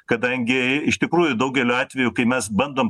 kadangi iš tikrųjų daugeliu atvejų kai mes bandom